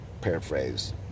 paraphrase